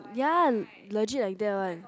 ya legit like that one